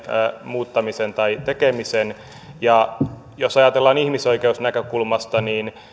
muuttamisen tai tekemisen jos ajatellaan ihmisoikeusnäkökulmasta niin